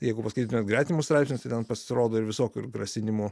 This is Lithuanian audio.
jeigu paskaitytumėt gretimus straipsnius tai ten pasirodo ir visokių ir grasinimų